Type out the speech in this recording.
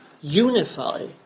unify